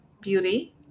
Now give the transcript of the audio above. beauty